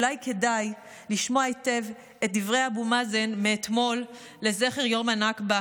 אולי כדאי לשמוע היטב את דברי אבו מאזן מאתמול לזכר יום הנכבה,